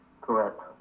Correct